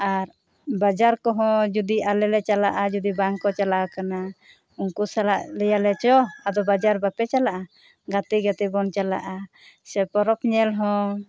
ᱟᱨ ᱵᱟᱡᱟᱨ ᱠᱚᱦᱚᱸ ᱡᱩᱫᱤ ᱟᱞᱮ ᱪᱟᱞᱟᱜᱼᱟ ᱟᱨ ᱵᱟᱝ ᱠᱚ ᱪᱟᱞᱟᱣ ᱟᱠᱟᱱᱟ ᱩᱱᱠᱩ ᱥᱟᱞᱟᱜ ᱞᱟᱹᱭ ᱟᱞᱮ ᱪᱚᱦ ᱟᱫᱚ ᱵᱟᱡᱟᱨ ᱵᱟᱯᱮ ᱪᱟᱞᱟᱜᱼᱟ ᱜᱟᱛᱮ ᱜᱟᱛᱮ ᱵᱚᱱ ᱪᱟᱞᱟᱜᱼᱟ ᱥᱮ ᱯᱚᱨᱚᱵᱽ ᱧᱮᱞ ᱦᱚᱸ